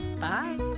bye